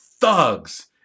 thugs